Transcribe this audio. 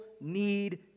need